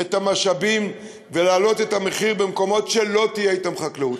את המשאבים ולהעלות את המחיר במקומות שלא תהיה בהם חקלאות.